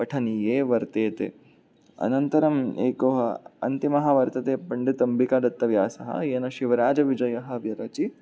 पठनीये वर्तेते अनन्तरम् एकः अन्तिमः वर्तते पण्डित अम्बिकादत्तव्यासः येन शिवराजविजयः विरची